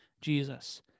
Jesus